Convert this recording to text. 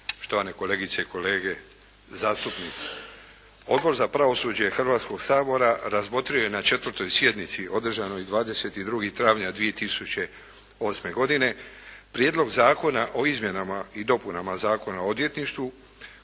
štovane kolegice i kolege zastupnici! Odbor za pravosuđe Hrvatskog sabora razmotrio je na 4. sjednici održanoj 22. travnja 2008. godine Prijedlog zakona o izmjenama i dopunama Zakona o odvjetništvu